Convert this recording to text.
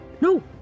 No